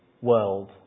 world